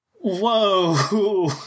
Whoa